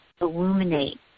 illuminate